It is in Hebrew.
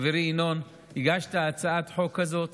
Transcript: חברי ינון, הגשת את הצעת החוק הזאת,